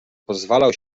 pozwalał